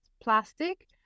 plastic